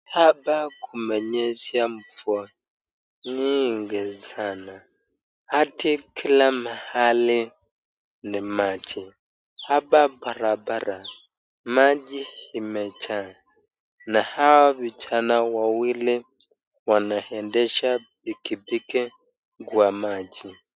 Hapa kumenyesha mvua nyingi sana hadi kila mahali ni maji, hapa barabara maji imejaa na hawa vijana wawili wanaendesha bikibiki kwa maji.